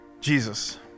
Jesus